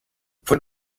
von